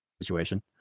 situation